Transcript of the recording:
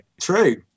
true